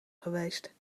geweest